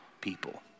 people